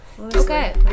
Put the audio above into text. Okay